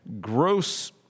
gross